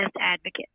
advocate